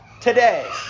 today